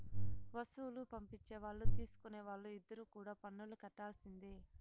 వస్తువులు పంపించే వాళ్ళు తీసుకునే వాళ్ళు ఇద్దరు కూడా పన్నులు కట్టాల్సిందే